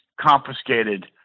confiscated